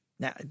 Now